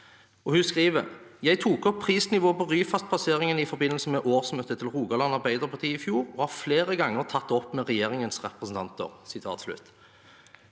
Hun skriver: «Jeg tok opp prisnivået på Ryfast-passeringene i forbindelse med årsmøtet til Rogaland Arbeiderparti i fjor, og har flere ganger tatt det opp med regjeringens representanter.»